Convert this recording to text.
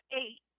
eight